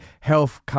health